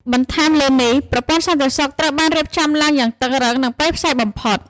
បន្ថែមលើនេះ ប្រព័ន្ធសន្តិសុខត្រូវបានរៀបចំឡើងយ៉ាងតឹងរ៉ឹង និងព្រៃផ្សៃបំផុត។